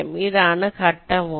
ഇതാണ് ഘട്ടം 1